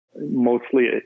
mostly